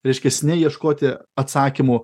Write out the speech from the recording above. reiškis ne ieškoti atsakymų